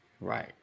Right